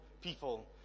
people